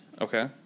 Okay